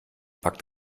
backt